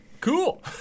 cool